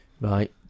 right